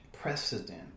precedent